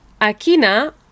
Akina